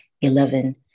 Eleven